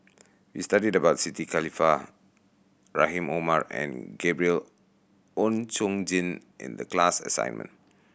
we studied about Siti Khalijah Rahim Omar and Gabriel Oon Chong Jin in the class assignment